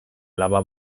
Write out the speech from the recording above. alaba